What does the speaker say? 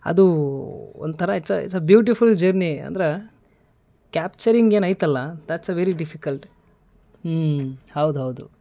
ಅದು ಒಂಥರ it's a it's a beautiful journey ಅಂದ್ರೆ ಕ್ಯಾಪ್ಚರಿಂಗ್ ಏನೈತಲ್ಲ ದಟ್ಸ್ ಎ ವೆರಿ ಡಿಫಿಕಲ್ಟ್ ಹೌದು ಹೌದು